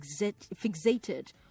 fixated